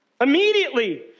immediately